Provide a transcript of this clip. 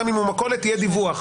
גם אם הוא מכולת יהיה דיווח.